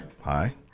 Hi